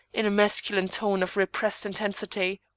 in a masculine tone of repressed intensity.